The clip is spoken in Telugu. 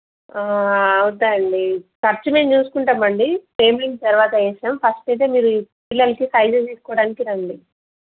అవుతాయండి ఖర్చు మేము చూసుకుంటామండి పేమెంట్ తర్వాత వేస్తాము ఫస్ట్ అయితే మీరు పిల్లలకి సైజులు తీసుకోవడానికి రండి